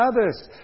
others